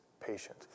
patient